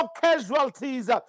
casualties